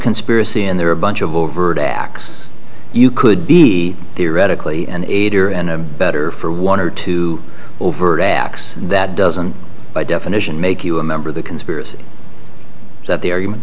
conspiracy and there are a bunch of overt acts you could be theoretically an aider and abettor for one or two overt acts that doesn't by definition make you a member of the conspiracy th